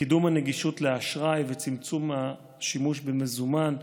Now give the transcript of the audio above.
קידום הנגישות לאשראי וצמצום השימוש במזומן,